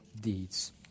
deeds